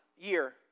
year